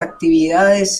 actividades